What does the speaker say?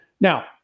Now